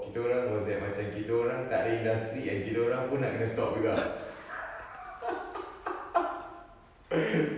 kita orang was that macam kita orang tak ada industry and kita orang nak kena stop juga